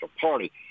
Party